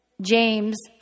James